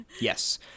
Yes